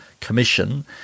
Commission